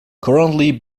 currently